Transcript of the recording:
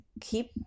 keep